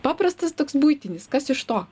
paprastas toks buitinis kas iš to